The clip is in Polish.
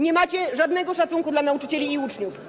Nie macie żadnego szacunku dla nauczycieli i uczniów.